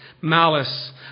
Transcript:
Malice